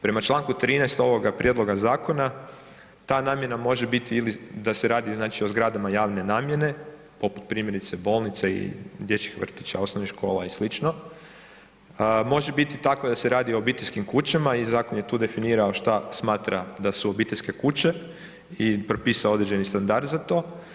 Prema čl. 13. ovoga prijedloga zakona, ta namjena može biti ili da se radi o znači zgradama javne namjene, poput primjerice, bolnice i dječjih vrtića, osnovnih škola i sl., može biti takva da se radi o obiteljskim kućama i zakon je tu definirao što smatra da su obiteljske kuće i propisao određeni standard za to.